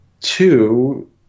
Two